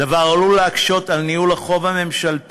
הדבר עלול להקשות על ניהול החוב הממשלתי,